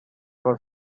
for